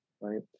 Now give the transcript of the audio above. right